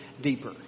deeper